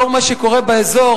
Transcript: לאור מה שקורה באזור,